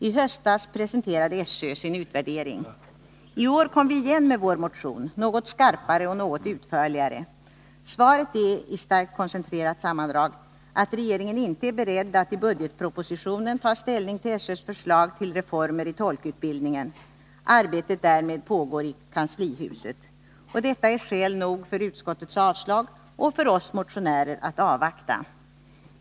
I höstas presenterade SÖ sin utvärdering. I år kom vi igen med vår motion, något skarpare och något utförligare. Svaret är — i starkt koncentrerat sammandrag — att regeringen inte är beredd att i budgetpropositionen ta ställning till SÖ:s förslag till reformer i tolkutbildningen. Arbetet därmed pågår i kanslihuset. Detta är skäl nog för utskottet att avstyrka motionen och för oss motionärer att avvakta.